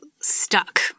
stuck